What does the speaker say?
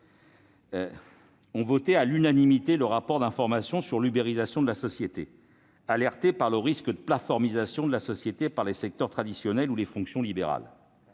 ont voté à l'unanimité le rapport d'information sur l'« ubérisation » de la société, alertés par le risque de « plateformisation » de la société par les secteurs traditionnels ou les fonctions libérales.